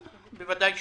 לא, בוודאי שלא.